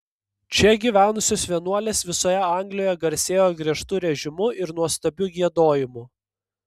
čia gyvenusios vienuolės visoje anglijoje garsėjo griežtu režimu ir nuostabiu giedojimu